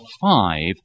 five